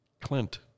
Clint